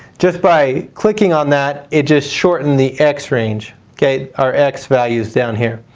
just by clicking on that, it just shortened the x range our x values down here.